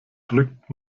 drückt